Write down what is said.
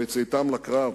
בצאתם לקרב.